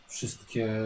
Wszystkie